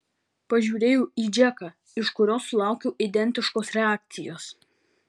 pažiūrėjau į džeką iš kurio sulaukiau identiškos reakcijos